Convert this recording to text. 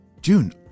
June